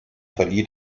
verlieh